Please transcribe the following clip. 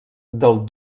del